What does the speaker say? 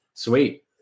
Sweet